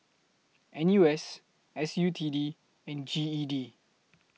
N U S S U T D and G E D